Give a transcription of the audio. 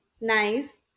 nice